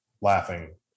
laughing